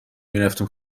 میرفتیم